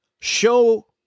Show